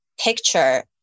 picture